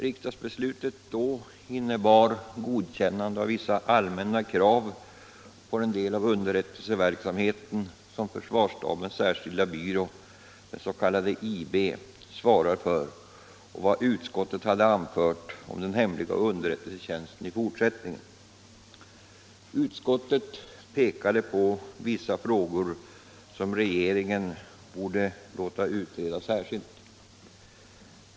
Riksdagsbeslutet då innebar godkännande av vissa allmänna krav på den del av underrättelseverksamheten som försvarsstabens särskilda byrå —- den s.k. IB — svarar för och av vad utskottet hade anfört om den hemliga underrättelsetjänsten i fortsättningen. Utskottet hade pekat på vissa frågor som regeringen borde låta utreda särskilt.